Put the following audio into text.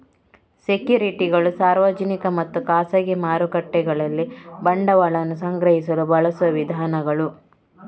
ಸೆಕ್ಯುರಿಟಿಗಳು ಸಾರ್ವಜನಿಕ ಮತ್ತು ಖಾಸಗಿ ಮಾರುಕಟ್ಟೆಗಳಲ್ಲಿ ಬಂಡವಾಳವನ್ನ ಸಂಗ್ರಹಿಸಲು ಬಳಸುವ ವಿಧಾನಗಳು